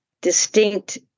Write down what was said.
distinct